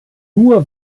nur